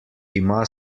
ima